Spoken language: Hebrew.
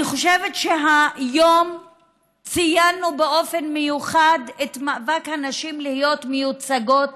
אני חושבת שהיום ציינו באופן מיוחד את מאבק הנשים להיות מיוצגות